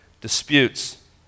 disputes